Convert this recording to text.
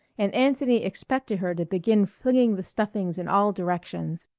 and anthony expected her to begin flinging the stuffings in all directions.